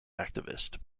activist